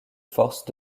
forces